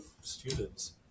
students